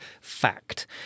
Fact